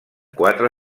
quatre